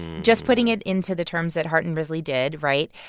just putting it into the terms that hart and risley did, right?